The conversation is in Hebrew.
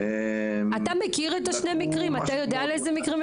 אתה מכיר את שני המקרים של הסיבוכים?